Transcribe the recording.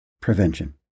prevention